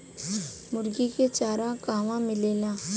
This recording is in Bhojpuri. मुर्गी के चारा कहवा मिलेला?